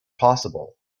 possible